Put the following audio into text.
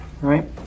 right